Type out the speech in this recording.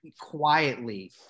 Quietly